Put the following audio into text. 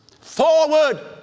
forward